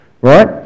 right